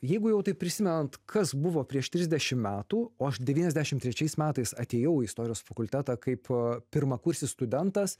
jeigu jau taip prisimenant kas buvo prieš trisdešim metų o aš devyniasdešim trečiais metais atėjau į istorijos fakultetą kaip pirmakursis studentas